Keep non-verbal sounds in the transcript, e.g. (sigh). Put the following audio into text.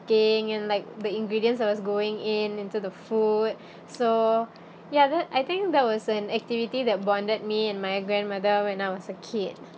~ing and like the ingredients that was going in into the food (breath) so ya that I think that was an activity that bonded me and my grandmother when I was a kid